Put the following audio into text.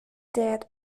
dead